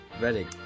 Ready